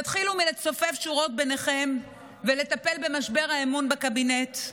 התחילו מלצופף שורות ביניכם ולטפל במשבר האמון בקבינט.